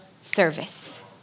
service